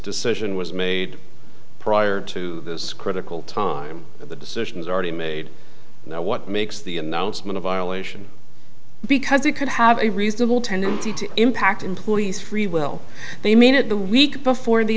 decision was made prior to this critical time that the decisions already made now what makes the announcement a violation because it could have a reasonable tendency to impact employees free will they mean it the week before the